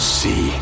see